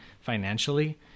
financially